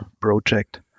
project